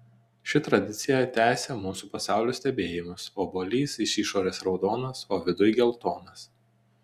ši tradicija tęsia mūsų pasaulio stebėjimus obuolys iš išorės raudonas o viduj geltonas